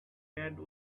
bad